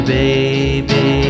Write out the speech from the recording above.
baby